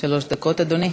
שלוש דקות, אדוני.